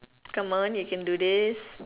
come on you can do this